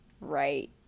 right